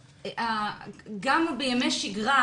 גם בימי שגרה,